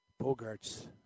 Bogarts